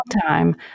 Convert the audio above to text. time